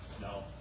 No